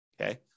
okay